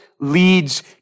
leads